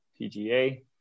PGA